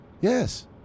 Yes